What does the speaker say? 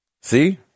See